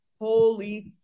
Holy